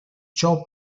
ciò